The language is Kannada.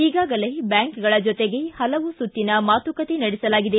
ಈಗಾಗಲೇ ಬ್ಯಾಂಕ್ಗಳ ಜೊತೆ ಹಲವು ಸುತ್ತಿನ ಮಾತುಕತೆ ನಡೆಸಲಾಗಿದೆ